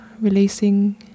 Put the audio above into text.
releasing